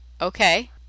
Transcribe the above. okay